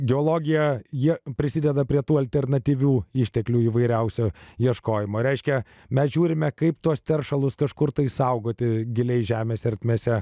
biologiją jie prisideda prie tų alternatyvių išteklių įvairiausio ieškojimo reiškia mes žiūrime kaip tuos teršalus kažkur tai saugoti giliai žemės ertmėse